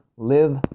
live